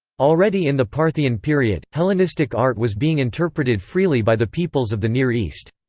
already in the parthian period, hellenistic art was being interpreted freely by the peoples of the near east.